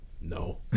No